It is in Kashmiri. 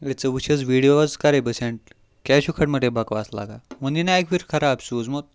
اے ژٕ وٕچھ حظ ویٖڈیو حظ کَرَے بہٕ سٮ۪نٛڈ کیٛازِ چھُکھ ہٕٹہٕ مٕٹَے بکواس لاگان ووٚنُے نَہ اَکہِ پھِرِ خراب سوٗزمُت